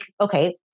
okay